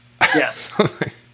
Yes